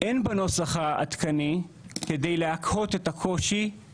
והיא מחזיקה אותם בשלטון כל כך הרבה